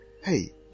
Hey